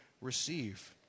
receive